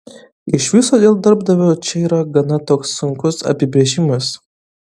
iš viso dėl darbdavio čia yra gana toks sunkus apibrėžimas